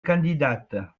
candidates